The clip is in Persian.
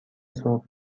صبح